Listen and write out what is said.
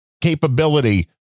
capability